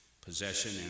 possession